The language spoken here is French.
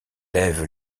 lève